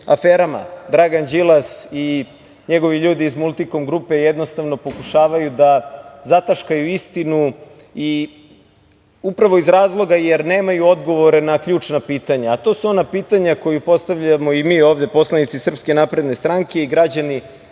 aferama Dragan Đilas i njegovi ljudi iz Multikom grupe jednostavno pokušavaju da zataškaju istinu, a upravo iz razloga jer nemaju odgovore na ključna pitanja. To su ona pitanja koja postavljamo i mi ovde, poslanici SNS, i građani